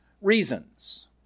reasons